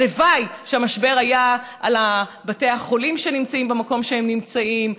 הלוואי שהמשבר היה על בתי החולים שנמצאים במקום שהם נמצאים,